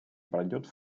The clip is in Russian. пройдет